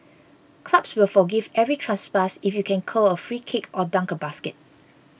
clubs will forgive every trespass if you can curl a free kick or dunk a basket